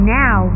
now